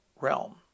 realm